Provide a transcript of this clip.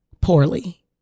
poorly